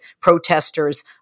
protesters